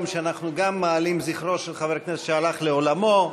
שאנחנו גם מעלים את זכרו של חבר כנסת שהלך לעולמו,